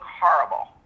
horrible